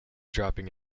dropping